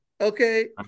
Okay